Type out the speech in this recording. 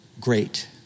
Great